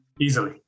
easily